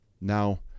Now